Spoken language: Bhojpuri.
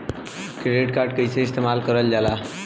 क्रेडिट कार्ड कईसे इस्तेमाल करल जाला?